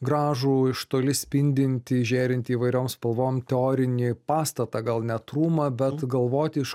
gražų iš toli spindintį žėrintį įvairiom spalvom teorinį pastatą gal net rūmą bet galvoti iš